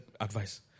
advice